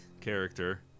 character